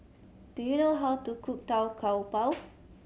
do you know how to cook Tau Kwa Pau